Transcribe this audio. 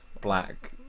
black